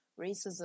racism